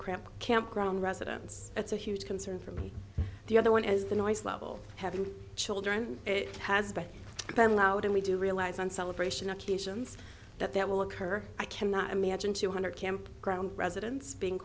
crap campground residents that's a huge concern from the other one as the noise level having children it has been loud and we do realise on celebration occasions that that will occur i cannot imagine two hundred camp ground residents being